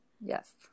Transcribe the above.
Yes